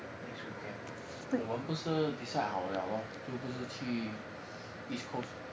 next weekend 我们不是 decide 好了 lor 就不是去 east coast